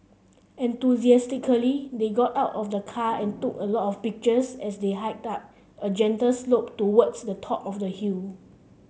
enthusiastically they got out of the car and took a lot of pictures as they hiked up a gentle slope towards the top of the hill